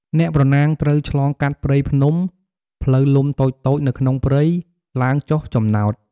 អ្នកប្រណាំងត្រូវឆ្លងកាត់ព្រៃភ្នំ ផ្លូវលំតូចៗនៅក្នុងព្រៃ ឡើងចុះចំណោត។